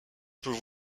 peut